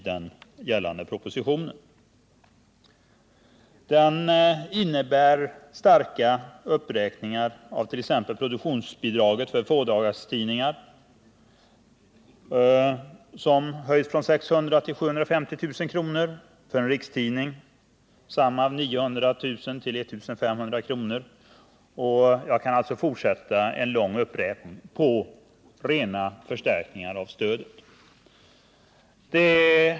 Där föreslås starka uppräkningar av t.ex. produktionsbidragen för fådagarstidningar, som skulle höjas från 600 000 till 750 000. För en rikstidning skulle bidraget höjas från 900 000 till 1 500 000. Jag kan fortsätta med en lång uppräkning av rena förstärkningar av stödet.